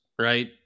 right